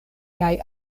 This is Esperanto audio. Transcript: kaj